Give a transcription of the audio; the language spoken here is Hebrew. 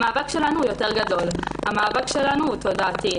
המאבק שלנו גדול יותר, המאבק שלנו הוא תודעתי.